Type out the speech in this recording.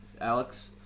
Alex